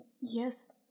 Yes